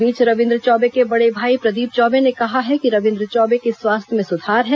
इस बीच रविन्द्र चौबे के बड़े भाई प्रदीप चौबे ने कहा है कि रविन्द्र चौबे के स्वास्थ्य में सुधार है